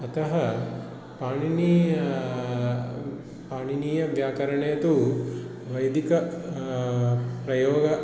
अतः पाणिनिः पाणिनीयव्याकरणे तु वैदिकप्रयोगम्